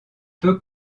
peu